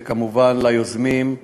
וכמובן ליוזמים,